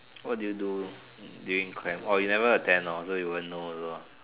what do you during camp orh you never attend lor so you won't know also